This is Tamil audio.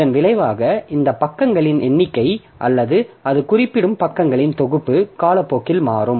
இதன் விளைவாக இந்த பக்கங்களின் எண்ணிக்கை அல்லது அது குறிப்பிடும் பக்கங்களின் தொகுப்பு காலப்போக்கில் மாறும்